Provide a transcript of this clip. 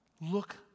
look